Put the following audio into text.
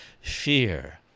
fear